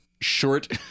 short